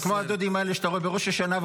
זה כמו הדודים האלה שאתה רואה בראש השנה,